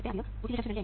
3 അതായത് 0